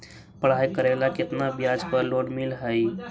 पढाई करेला केतना ब्याज पर लोन मिल हइ?